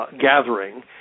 Gathering